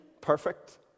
perfect